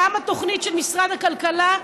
גם התוכנית של משרד הכלכלה,